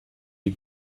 die